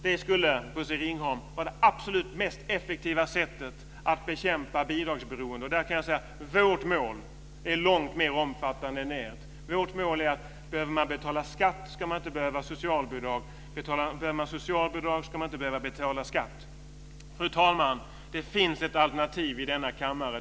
Det skulle, Bosse Ringholm, vara det absolut mest effektiva sättet att bekämpa bidragsberoende. Vårt mål är långt mer omfattande än ert. Vårt mål är att den som behöver betala skatt inte ska behöva socialbidrag. Den som behöver socialbidrag ska inte behöva betala skatt. Fru talman! Det finns ett alternativ i denna kammare.